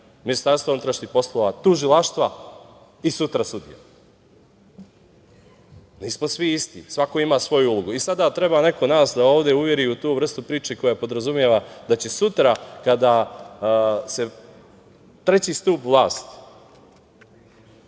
koji postoji između MUP, tužilaštva i sutra sudija. Nismo svi isti, svako ima svoju ulogu. I sada treba neko nas da ovde uveri u tu vrstu priče koja podrazumeva da će sutra kada se treći stub vlasti